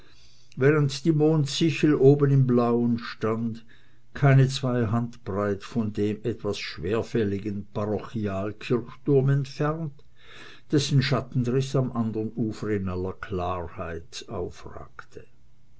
während die mondsichel oben im blauen stand keine zwei handbreit von dem etwas schwerfälligen parochialkirchturm entfernt dessen schattenriß am anderen ufer in aller klarheit aufragte